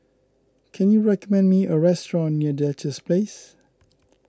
can you recommend me a restaurant near Duchess Place